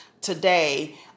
today